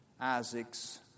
Isaac's